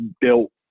built